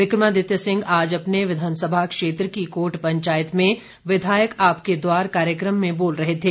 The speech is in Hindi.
विकमादित्य सिंह आज अपने विधानसभा क्षेत्र की कोट पंचायत में विधायक आपके द्वार कार्यक्रम में बोल रहे थे